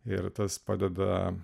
ir tas padeda